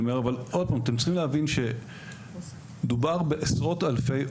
אני שוב אומר שאתם צריכים להבין שמדובר בעשרות אלפי עובדים.